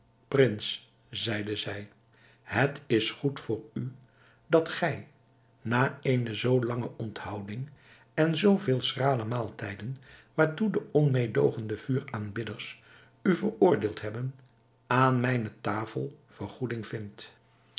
prins zeide zij het is goed voor u dat gij na eene zoo lange onthouding en zoo vele schrale maaltijden waartoe de onmeedoogende vuuraanbidders u veroordeeld hebben aan mijne tafel vergoeding vindt